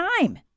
time